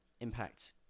impact